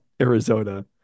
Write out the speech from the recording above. Arizona